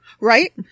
Right